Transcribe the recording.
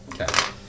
Okay